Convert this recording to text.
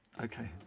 okay